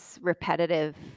repetitive